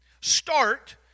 start